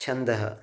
छन्दः